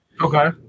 Okay